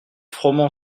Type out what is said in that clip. froment